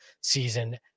season